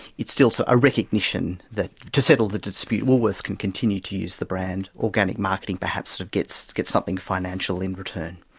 it's still so a recognition to settle the dispute, woolworths can continue to use the brand, organic marketing perhaps sort of gets gets something financial in return.